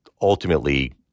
ultimately